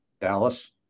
Dallas